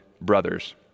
brothers